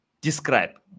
describe